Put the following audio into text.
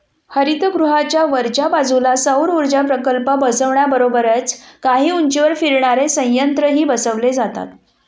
हरितगृहाच्या वरच्या बाजूला सौरऊर्जा प्रकल्प बसवण्याबरोबरच काही उंचीवर फिरणारे संयंत्रही बसवले जातात